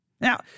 Now